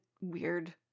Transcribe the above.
weird